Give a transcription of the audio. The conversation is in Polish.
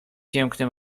piękny